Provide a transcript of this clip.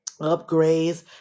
upgrades